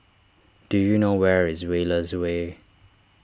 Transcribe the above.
do you know where is Wallace Way